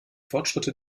fortschritte